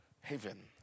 heaven